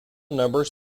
numbers